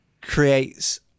creates